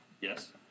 Yes